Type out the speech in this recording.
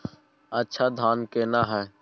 अच्छा धान केना हैय?